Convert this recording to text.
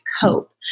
cope